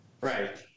Right